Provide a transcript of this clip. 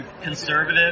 conservative